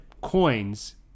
coins